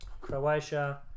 Croatia